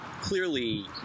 clearly